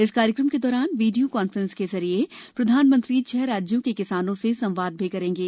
इस कार्यक्रम के दौरान वीडियो कॉन्फ्रेंस के जरिए प्रधानमंत्री छह राज्यों के किसानों से संवाद भी करेंगे